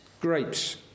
Grapes